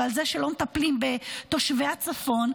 ועל זה שלא מטפלים בתושבי הצפון,